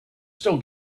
still